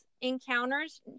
encounters